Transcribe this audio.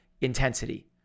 intensity